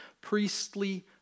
priestly